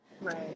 Right